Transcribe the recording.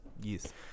Yes